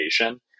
education